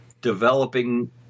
developing